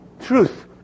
truth